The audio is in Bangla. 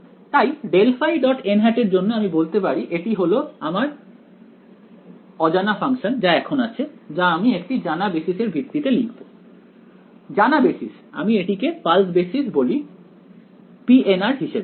তাই ∇ϕ এর জন্য আমি বলতে পারি এটি হলো এখন আমার অজানা ফাংশন যা আমি একটি জানা বেসিস এর ভিত্তিতে লিখব জানা বেসিস আমি এটিকে পালস বেসিস বলি pn হিসেবে